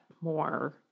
more